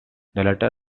latter